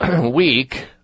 week